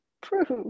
Prove